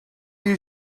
you